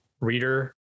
reader